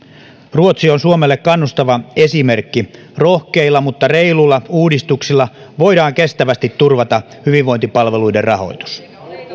ruotsi on suomelle kannustava esimerkki rohkeilla mutta reiluilla uudistuksilla voidaan kestävästi turvata hyvinvointipalveluiden rahoitus